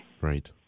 Right